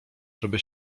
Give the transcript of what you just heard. żeby